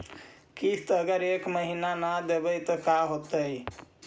किस्त अगर एक महीना न देबै त का होतै?